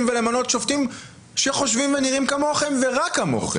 ולמנות שופטים שחושבים ונראים כמוכם ורק כמוכם.